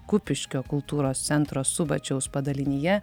kupiškio kultūros centro subačiaus padalinyje